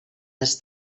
les